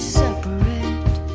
separate